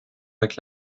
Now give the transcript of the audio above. avec